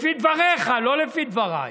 לפי דבריך, לא לפי דבריי.